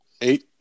Eight